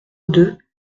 deux